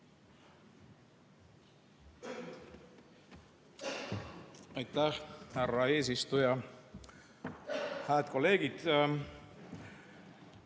Aitäh, härra eesistuja! Hääd kolleegid!